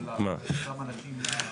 בעצם כולם מבסוטים שלא נוגעים בזה ואין